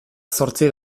zortzi